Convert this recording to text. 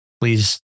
please